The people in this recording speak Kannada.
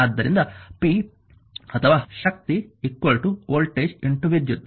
ಆದ್ದರಿಂದ p ಅಥವಾ ಶಕ್ತಿ ವೋಲ್ಟೇಜ್ ವಿದ್ಯುತ್